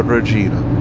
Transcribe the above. Regina